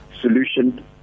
solution